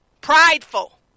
Prideful